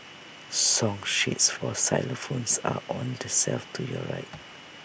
song sheets for xylophones are on the shelf to your right